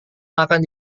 makan